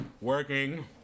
Working